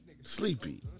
Sleepy